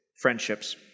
friendships